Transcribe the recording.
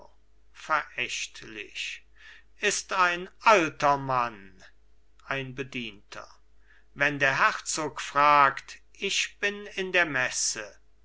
verächtlich ist ein alter mann ein bedienter wenn der herzog fragt ich bin in der messe